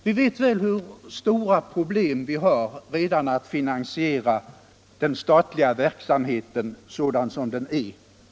Vi vet mycket väl hur stora problem vi redan har att finansiera den statliga verksamheten sådan som den nu är.